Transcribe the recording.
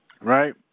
Right